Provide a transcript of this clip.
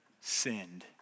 sinned